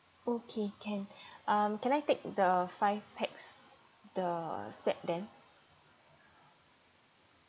okay can um can I take the five pax the set then